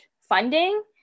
funding